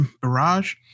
Barrage